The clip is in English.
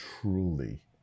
truly